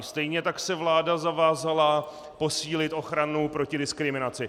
Stejně tak se vláda zavázala posílit ochranu proti diskriminaci.